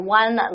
one